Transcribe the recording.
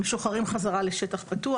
הם משוחררים חזרה לשטח פתוח.